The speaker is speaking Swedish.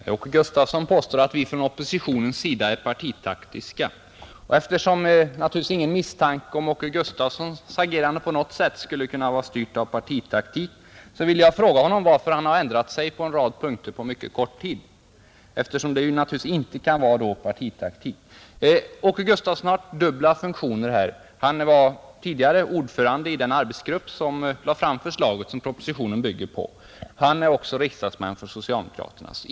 Herr talman! Herr Gustavsson i Nässjö påstår att vi från oppositionens sida är partitaktiska, Eftersom naturligtvis ingen misstänker att herr Gustavssons agerande på något sätt skulle kunna vara styrt av partitaktik, vill jag fråga honom varför han ändrat sig på en rad punkter på mycket kort tid. Vilka sakskäl har fått honom att ändra sig? Herr Gustavsson har ju dubbla funktioner i detta sammanhang. Han var tidigare ordförande i den arbetsgrupp som lade fram det förslag som propositionen bygger på; han är också riksdagsman för socialdemokraterna.